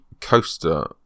coaster